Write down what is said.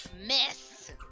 Miss